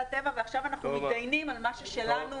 הטבע ועכשיו אנחנו מתדיינים על מה ששלנו.